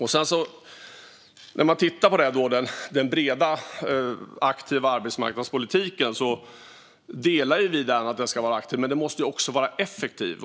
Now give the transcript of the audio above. Vi instämmer i att vi ska ha en bred och aktiv arbetsmarknadspolitik, men den måste också vara effektiv.